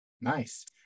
Nice